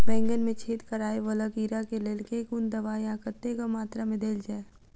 बैंगन मे छेद कराए वला कीड़ा केँ लेल केँ कुन दवाई आ कतेक मात्रा मे देल जाए?